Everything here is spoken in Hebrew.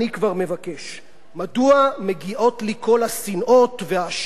מדוע מגיעות לי כל השנאות וההשפלות והאפליות?